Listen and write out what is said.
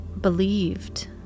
believed